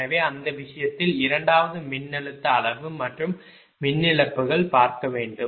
எனவே அந்த விஷயத்தில் இரண்டாவது மின்னழுத்த அளவு மற்றும் மின் இழப்புகள் பார்க்கவேண்டும்